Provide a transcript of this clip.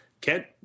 Kent